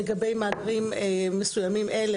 לגבי מאגרים מסוימים אלה